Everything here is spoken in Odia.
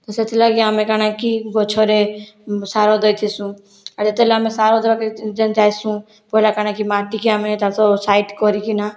ତ ସେଥିଲାଗି ଆମେ କା'ଣାକି ଗଛରେ ସାର ଦେଇଥିସୁଁ ଆର୍ ଯେତେବେଲେ ଆମେ ସାର ଦବାକେ ଯେନ୍ ଯାଇସୁଁ ପହିଲା କାଣାକି ମାଟିକି ଆମେ ଚାଷ ସାଇଡ଼ କରିକିନା